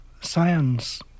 science